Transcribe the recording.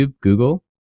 Google